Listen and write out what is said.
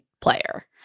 player